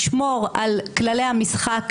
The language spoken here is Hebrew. ישמור על כללי המשחק,